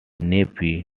nephew